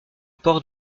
port